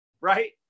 right